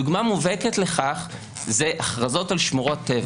דוגמה מובהקת לכך היא הכרזות על שמורות טבע.